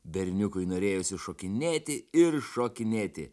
berniukui norėjosi šokinėti ir šokinėti